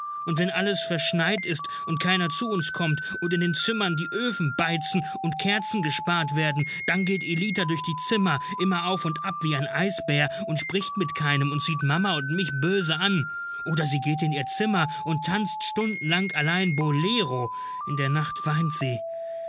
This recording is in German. und wenn alles verschneit ist und keiner zu uns kommt und in den zimmern die öfen heizen und kerzen gespart werden dann geht ellita durch die zimmer immer auf und ab wie ein eisbär und spricht mit keinem und sieht mama und mich böse an oder sie geht in ihr zimmer und tanzt stundenlang allein bolero in der nacht weint sie